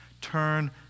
Turn